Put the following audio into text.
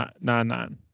Nine-Nine